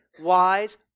wise